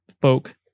folk